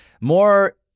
more